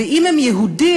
ואם הם יהודים,